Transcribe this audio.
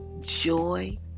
joy